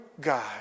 God